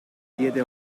diede